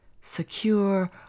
secure